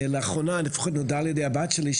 לאחרונה לפחות נודע לי על ידי הבת שלי,